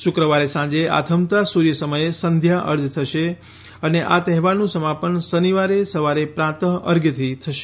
શુક્રવારે સાંજે આથમતા સૂર્ય સમયે સંધ્યા અધ્ય થશે અને આ તહેવારનું સમાપન શનિવારે સવારે પ્રાંતઃ અર્ધ્યથી થશે